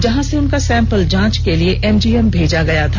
जहां से उनका सैंपल जांच के लिए एमजीएम भेजा गया था